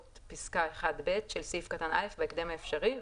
הוראותפסקה (1)(ב) של סעיף קטן (א) בהקדם האפשרי,